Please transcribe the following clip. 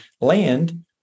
land